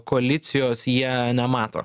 koalicijos jie nemato